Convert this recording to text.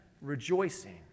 rejoicing